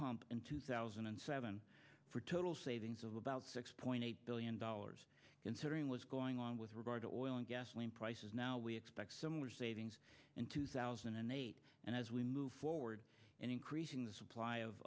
pump in two thousand and seven for total savings of about six point eight billion dollars considering was going on with regard to oil and gasoline prices now we expect similar savings in two thousand and eight and as we move forward and increasing the supply of